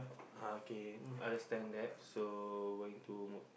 uh okay understand that so going to mo~